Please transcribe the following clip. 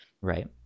Right